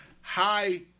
high